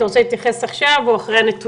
אתה רוצה להתייחס עכשיו או אחרי שנשמע את הנתונים?